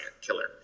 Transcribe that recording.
killer